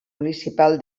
municipal